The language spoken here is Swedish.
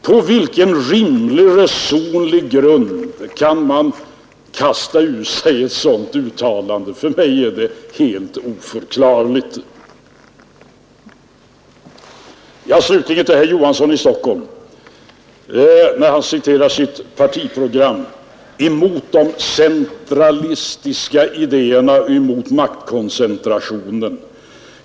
På vilken rimlig resonlig grund kan man kasta ur sig ett sådant uttalande? För mig är det helt oförklarligt. Slutligen till herr Olof Johansson i Stockholm, när han citerar sitt partiprogram emot de centralistiska idéerna och emot maktkoncentrationen!